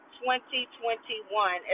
2021